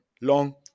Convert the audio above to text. long